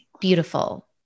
Beautiful